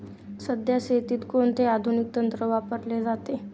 सध्या शेतीत कोणते आधुनिक तंत्र वापरले जाते?